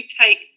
take